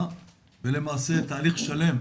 למעשה, תהליך שנה.